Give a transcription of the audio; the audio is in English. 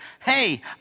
hey